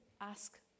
ask